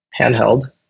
handheld